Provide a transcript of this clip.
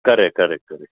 correct correct correct